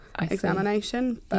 examination